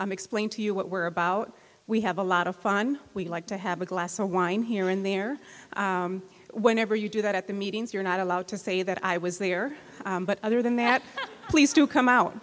and explain to you what we're about we have a lot of fun we like to have a glass of wine here and there whenever you do that at the meetings you're not allowed to say that i was there but other than that please do come out